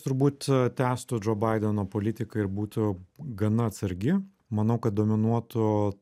turbūt tęstų džo baideno politika ir būtų gana atsargi manau kad dominuotų